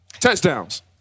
touchdowns